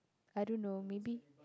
I don't know maybe